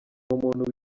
umuntu